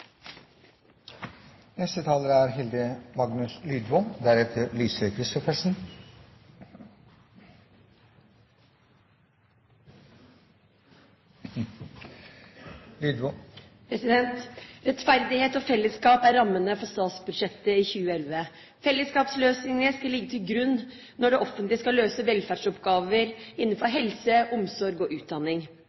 Rettferdighet og fellesskap er rammene for statsbudsjettet for 2011. Fellesskapsløsninger skal ligge til grunn når det offentlige skal løse velferdsoppgaver innenfor helse, omsorg og utdanning.